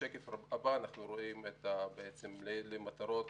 בשקף הבא אנחנו רואים לאילו מטרות